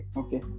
okay